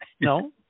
no